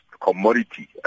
commodity